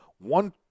one